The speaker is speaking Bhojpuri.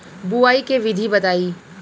बुआई के विधि बताई?